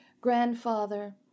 Grandfather